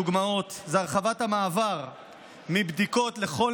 דוגמאות: הרחבת המעבר מבדיקות לכל